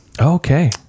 Okay